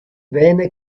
venne